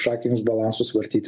šakėmis balansus vartyti